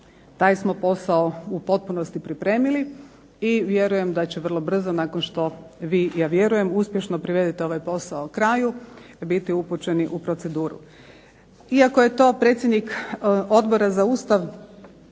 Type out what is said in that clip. Taj smo posao u potpunosti pripremili, i vjerujem da će vrlo brzo nakon što vi, ja vjerujem uspješno privedete ovaj posao kraju, biti upućeni u proceduru. Iako je to predsjednik Odbora za Ustav,